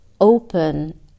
open